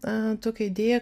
na tokią idėją